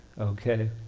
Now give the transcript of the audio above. okay